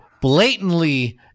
blatantly